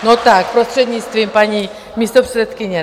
No tak, prostřednictvím paní místopředsedkyně.